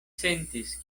sentis